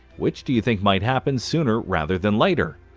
which do you think might happen sooner rather than later?